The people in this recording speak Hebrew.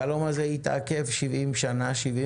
החלום הזה התעכב 71 שנה,